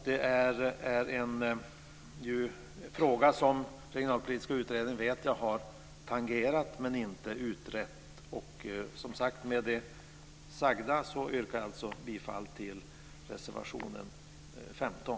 Det är en fråga som jag vet att Regionalpolitiska utredningen har tangerat, men inte utrett. Med det sagda yrkar jag alltså bifall till reservationen 15.